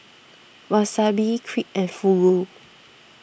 Wasabi Crepe and Fugu